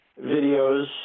videos